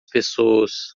pessoas